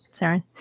saren